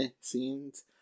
scenes